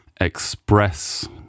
express